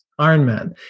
Ironman